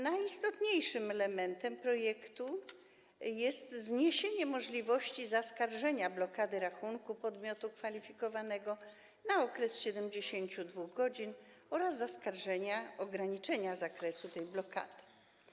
Najistotniejszym elementem projektu jest zniesienie możliwości zaskarżenia blokady rachunku podmiotu kwalifikowanego na okres 72 godzin oraz zaskarżenia ograniczenia zakresu tej blokady.